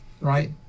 right